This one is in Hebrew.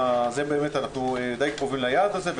אנחנו די קרובים ליעד הזה.